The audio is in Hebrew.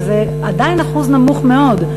שזה עדיין אחוז נמוך מאוד,